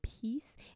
peace